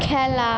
খেলা